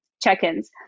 check-ins